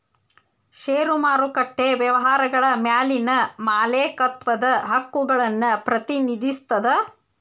ಷೇರು ಮಾರುಕಟ್ಟೆ ವ್ಯವಹಾರಗಳ ಮ್ಯಾಲಿನ ಮಾಲೇಕತ್ವದ ಹಕ್ಕುಗಳನ್ನ ಪ್ರತಿನಿಧಿಸ್ತದ